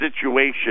situation